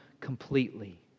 completely